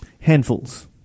handfuls